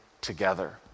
together